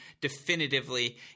definitively